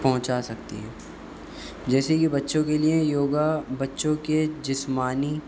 پہنچا سکتی ہے جیسے کہ بچّوں کے لیے یوگا بچّوں کے جسمانی